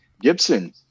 Gibson